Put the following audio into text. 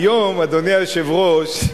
אדוני היושב-ראש,